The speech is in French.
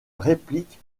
réplique